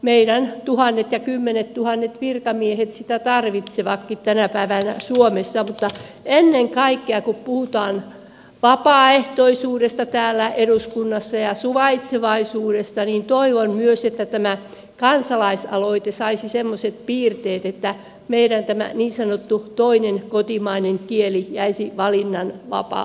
meidän tuhannet ja kymmenettuhannet virkamiehet sitä tarvitsevatkin tänä päivänä suomessa mutta ennen kaikkea kun puhutaan vapaaehtoisuudesta täällä eduskunnassa ja suvaitsevaisuudesta niin toivon myös että tämä kansalaisaloite saisi semmoiset piirteet että tämä meidän niin sanottu toinen kotimainen kielemme jäisi valinnan vapaa